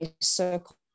circle